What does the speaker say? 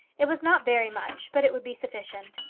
it was not very much, but it would be sufficient.